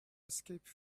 escape